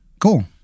Cool